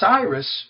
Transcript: Cyrus